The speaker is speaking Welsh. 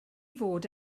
fod